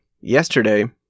yesterday